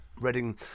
Reading